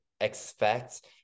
expect